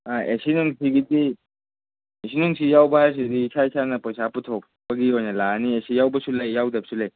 ah A C ꯅꯨꯡꯁꯤꯒꯤꯗꯤ A C ꯅꯨꯡꯁꯤ ꯌꯥꯎꯕ ꯍꯥꯏꯁꯤꯗꯤ ꯏꯁꯥ ꯏꯁꯥꯅ ꯄꯩꯁꯥ ꯄꯨꯊꯣꯛꯄꯒꯤ ꯑꯣꯏꯅ ꯂꯥꯛꯂꯅꯤ ꯑꯦ ꯁꯤ ꯌꯥꯎꯕꯁꯨ ꯂꯩ ꯌꯥꯎꯗꯕꯁꯨ ꯂꯩ